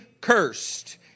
cursed